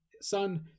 son